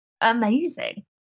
amazing